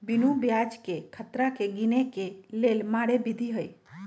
बिनु ब्याजकें खतरा के गिने के लेल मारे विधी हइ